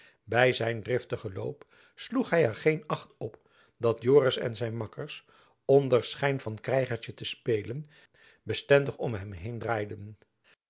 by zijn driftigen loop sloeg hy er geen acht op dat joris en zijn makkers onder schijn van krijgertjen te spelen bestendig om hem heen draaiden